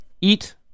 Eat